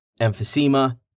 emphysema